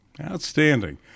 outstanding